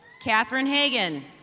katherine hagan.